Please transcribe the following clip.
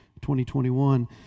2021